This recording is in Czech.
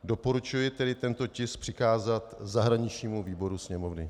Doporučuji tedy tento tisk přikázat zahraničnímu výboru Sněmovny.